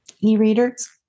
e-readers